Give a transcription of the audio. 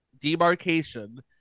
demarcation